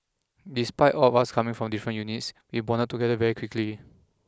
despite all of us coming from different units we bonded together very quickly